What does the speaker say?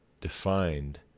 defined